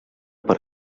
per